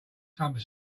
some